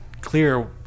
clear